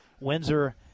Windsor